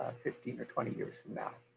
fifteen or twenty years from now.